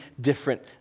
different